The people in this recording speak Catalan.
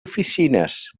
oficines